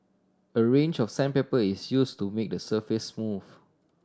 a range of sandpaper is use to make the surface smooth